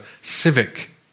civic